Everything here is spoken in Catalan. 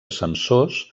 sensors